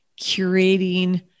curating